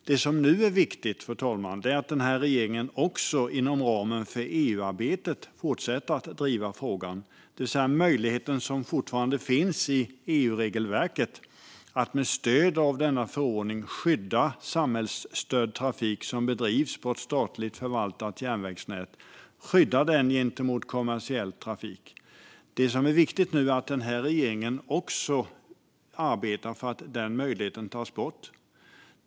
Det som nu är viktigt, fru talman, är att den här regeringen också inom ramen för EU-arbetet fortsätter att driva frågan, det vill säga den möjlighet som fortfarande finns i EU-regelverket att med stöd av denna förordning skydda samhällsstödd trafik som bedrivs på ett statligt förvaltat järnvägsnät gentemot kommersiell trafik. Det som är viktigt nu är att den här regeringen också arbetar för att den möjligheten tas bort.